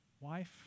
Wife